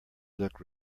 look